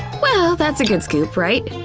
well, that's a good scoop, right?